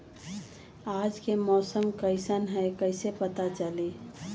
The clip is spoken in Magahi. आज के मौसम कईसन हैं कईसे पता चली?